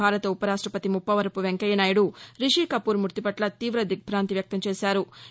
భారత ఉపరాష్టపతి ముప్పవరపు వెంకయ్య నాయుడు రిషీకపూర్ మృతిపట్ల తీవ దిగ్బాంతి వ్యక్తం చేశారు